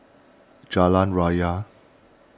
Jalan Raya